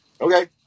Okay